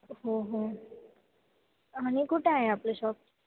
हो हो आणि कुठे आहे आपलं शॉप